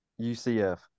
UCF